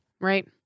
right